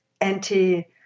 anti